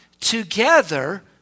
together